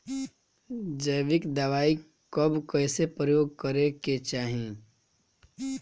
जैविक दवाई कब कैसे प्रयोग करे के चाही?